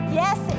yes